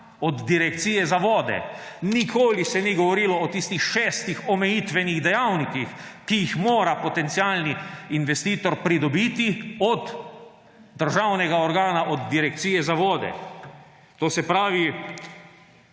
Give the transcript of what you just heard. od Direkcije za vode. Nikoli se ni govorilo o tistih šestih omejitvenih dejavnikih, ki jih mora potencialni investitor pridobiti od državnega organa, od Direkcije za vode. To se pravi,